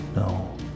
No